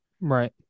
Right